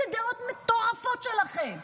דעות מטורפות שלכם.